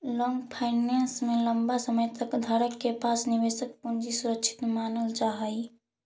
long finance में लंबा समय तक धारक के पास निवेशक के पूंजी सुरक्षित मानल जा हई